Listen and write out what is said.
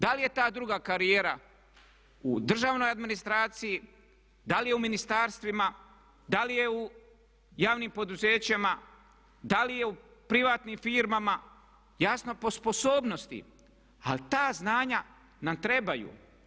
Da li je ta druga karijera u državnoj administraciji, da li je u ministarstvima, da li je u javnim poduzećima, da li je u privatnim firmama, jasno, po sposobnosti ali ta znanja nam trebaju.